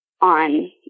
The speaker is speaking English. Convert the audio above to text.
on